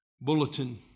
bulletin